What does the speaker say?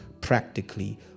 practically